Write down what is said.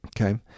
okay